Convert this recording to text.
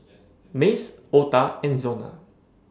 Mace Ota and Zona